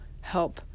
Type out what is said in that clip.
help